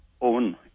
own